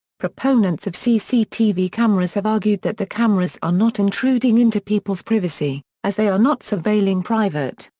proponents of cctv cameras have argued that the cameras are not intruding into people's privacy, as they are not surveilling private,